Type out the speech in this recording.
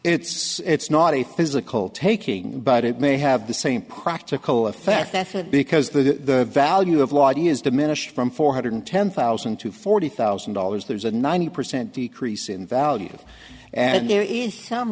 took it's not a physical taking but it may have the same practical effect that because the value of lawdy is diminished from four hundred ten thousand to forty thousand dollars there's a ninety percent decrease in value and there is some